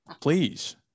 please